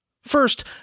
First